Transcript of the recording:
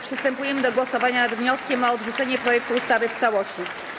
Przystępujemy do głosowania nad wnioskiem o odrzucenie projektu ustawy w całości.